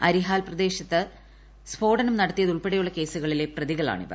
അരിഹാൽ പ്രദേശത്ത് സ്ഫോടനം നടത്തിയതുൾപ്പെടെയുള്ള കേസുകളിലെ പ്രതികളാണ് ഇവർ